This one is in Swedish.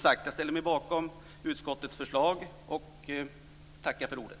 Jag ställer mig bakom utskottets förslag och tackar för ordet.